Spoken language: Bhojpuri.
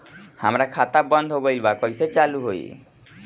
हमार खाता बंद हो गइल बा कइसे चालू होई?